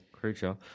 creature